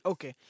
Okay